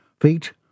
feet